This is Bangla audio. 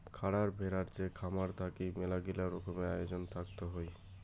খারার ভেড়ার যে খামার থাকি মেলাগিলা রকমের আয়োজন থাকত হই